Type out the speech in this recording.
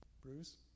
Bruce